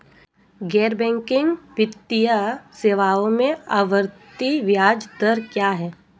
गैर बैंकिंग वित्तीय सेवाओं में आवर्ती ब्याज दर क्या है?